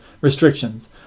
restrictions